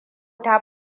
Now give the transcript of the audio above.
ta